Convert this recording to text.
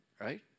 right